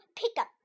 pickup